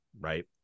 right